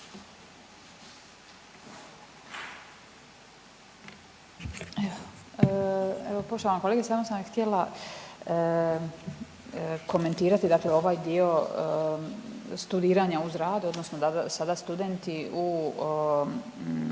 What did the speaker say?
Evo poštovana kolegice samo sam vam htjela komentirati ovaj dio studiranja uz rad odnosno da sada studenti mogu